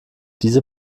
diese